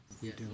Yes